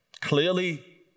Clearly